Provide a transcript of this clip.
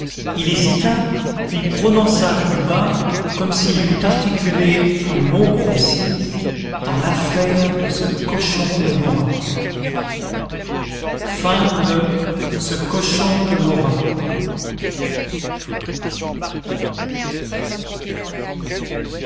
il hésita puis prononça plus bas comme s'il eût articulé un mot grossier dans l'affaire de ce cochon de morin